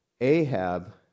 Ahab